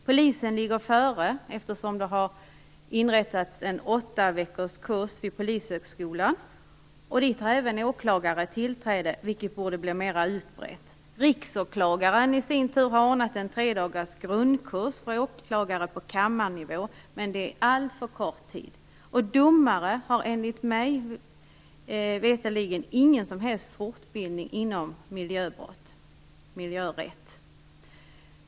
Polisen ligger före, eftersom det har inrättats en åttaveckorskurs vid Polishögskolan. Dit har även åklagare tillträde, vilket borde bli mer utbrett. Riksåklagaren i sin tur har ordnat en tredagars grundkurs för åklagare på kammarnivå. Men det är alltför kort tid. Domare har mig veterligt ingen som helst fortbildning inom miljörätt.